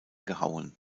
gehauen